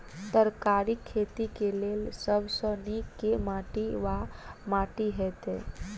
तरकारीक खेती केँ लेल सब सऽ नीक केँ माटि वा माटि हेतै?